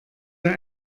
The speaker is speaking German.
der